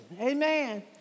Amen